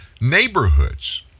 neighborhoods